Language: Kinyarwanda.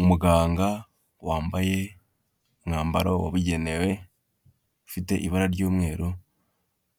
Umuganga wambaye umwambaro wabigenewe ufite ibara ry'umweru,